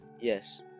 yes